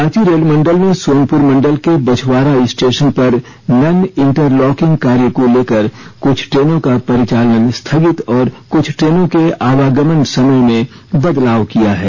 रांची रेलमंडल ने सोनपुर मंडल के बछवारा स्टेशन पर नन इंटरलॉकिंग कार्य को लेकर कुछ ट्रेनों का परिचालन स्थगित और कुछ ट्रेनों के आवागमन समय में बदलाव किया है